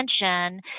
attention